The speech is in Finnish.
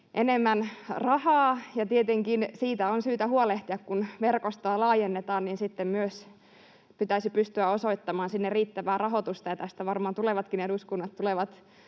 enemmän rahaa. Tietenkin siitä on syytä huolehtia: kun verkostoa laajennetaan, niin sitten myös pitäisi pystyä osoittamaan sinne riittävää rahoitusta. Tästä varmaan tulevatkin eduskunnat tulevat